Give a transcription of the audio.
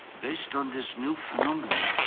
based on this new phenomenon,